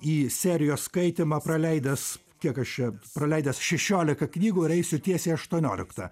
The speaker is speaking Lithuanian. į serijos skaitymą praleidęs kiek aš čia praleidęs šešiolika knygų ir eisiu tiesiai į aštuonioliktą